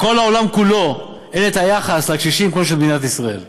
בכל העולם כולו אין היחס לקשישים כמו במדינת ישראל.